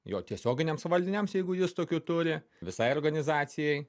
jo tiesioginiams valdiniams jeigu jis tokių turi visai organizacijai